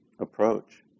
approach